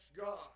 God